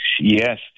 Yes